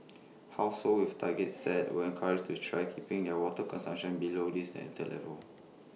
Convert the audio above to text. households with targets set were encouraged to try keeping their water consumption below these enter levels